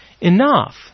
enough